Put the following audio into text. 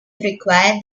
require